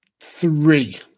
three